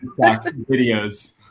videos